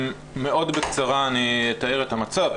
מאוד בקצרה אני אתאר את המצב.